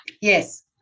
Yes